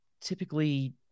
typically –